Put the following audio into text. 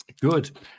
Good